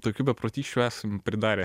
tokių beprotysčių esam pridarę